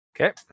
Okay